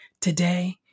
today